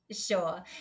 Sure